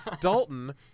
Dalton